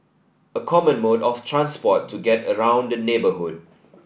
a common mode of transport to get around the neighbourhood